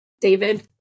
david